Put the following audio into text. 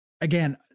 again